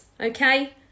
okay